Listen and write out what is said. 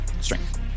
strength